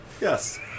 Yes